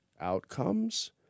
outcomes